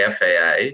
FAA